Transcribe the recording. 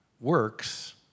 works